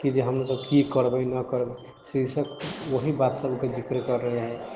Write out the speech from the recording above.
कि जे हमसब की करबै नहि करबै शीर्षक वएह बात सबके जिक्र कऽ रहल